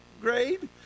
grade